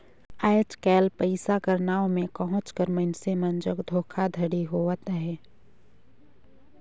आएज काएल पइसा कर नांव में कहोंच कर मइनसे मन जग धोखाघड़ी होवत अहे